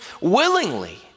willingly